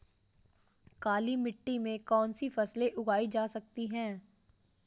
काली मिट्टी में कौनसी फसलें उगाई जा सकती हैं?